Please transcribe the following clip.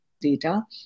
data